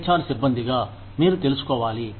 H R సిబ్బందిగా మీరు తెలుసుకోవాలి